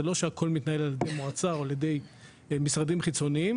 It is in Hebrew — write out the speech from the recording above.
זה לא שהכול מתנהל על ידי המועצה או על ידי משרדים חיצוניים.